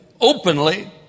openly